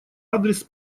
адрес